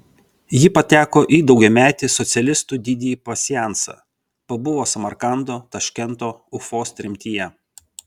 ji pateko į daugiametį socialistų didįjį pasiansą pabuvo samarkando taškento ufos tremtyje